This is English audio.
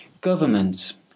governments